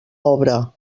obra